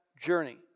journey